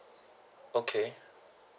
okay